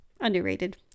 Underrated